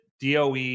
DOE